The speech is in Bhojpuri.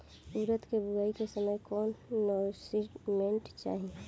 उरद के बुआई के समय कौन नौरिश्मेंट चाही?